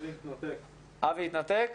אבי התנתק,